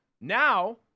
Now